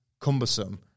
cumbersome